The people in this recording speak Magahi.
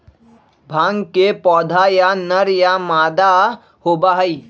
भांग के पौधा या नर या मादा होबा हई